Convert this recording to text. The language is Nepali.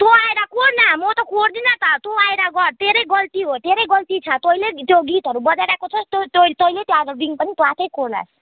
तँ आएर कोर न म त कोर्दिन त तँ आएर गर तेरै गल्ति हो तेरै गल्ति छ तैँले त्यो गीतहरू बजाइरहेको छस् त्यो तँ तैँले त्यो आएर रिङ पनि तँ आफै कोर्लास्